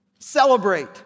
celebrate